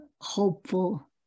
hopeful